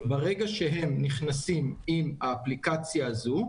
ברגע שהם נכנסים עם האפליקציה הזו,